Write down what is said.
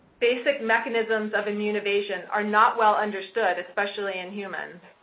basic mechanisms of immunization are not well understood, especially in humans.